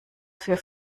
für